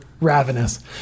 ravenous